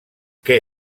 què